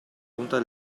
punta